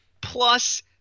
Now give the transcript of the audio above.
Plus